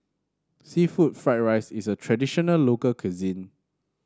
seafood Fried Rice is a traditional local cuisine